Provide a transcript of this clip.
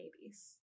babies